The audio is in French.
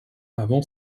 avant